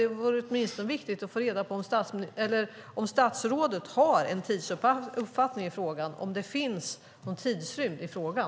Det vore åtminstone viktigt att få reda på om statsrådet har en tidsuppfattning, om det finns någon tidsrymd i frågan.